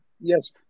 Yes